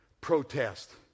protest